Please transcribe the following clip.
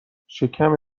شکم